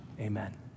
Amen